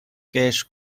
cache